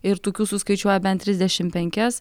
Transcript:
ir tokių suskaičiuoja bent trisdešimt penkias